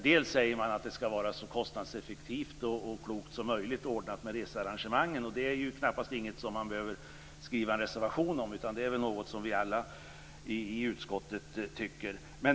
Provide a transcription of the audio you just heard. Dels säger man att det skall vara så kostnadseffektivt och klokt som möjligt ordnat med researrangemangen. Det är knappast något som man behöver skriva en reservation om, utan det är något som vi alla i utskottet tycker.